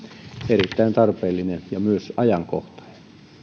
erittäin tarpeellinen ja myös ajankohtainen